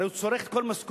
הרי הוא צורך את כל משכורתו,